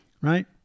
Right